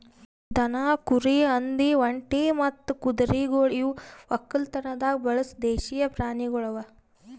ದನ, ಕುರಿ, ಹಂದಿ, ಒಂಟಿ ಮತ್ತ ಕುದುರೆಗೊಳ್ ಇವು ಒಕ್ಕಲತನದಾಗ್ ಬಳಸ ದೇಶೀಯ ಪ್ರಾಣಿಗೊಳ್ ಅವಾ